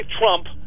Trump